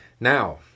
Now